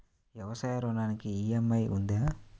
వ్యవసాయ ఋణానికి ఈ.ఎం.ఐ ఉందా?